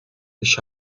ich